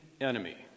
enemy